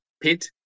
pit